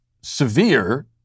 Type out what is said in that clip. severe